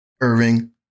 Irving